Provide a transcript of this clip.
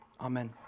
amen